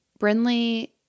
Brinley